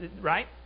Right